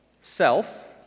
self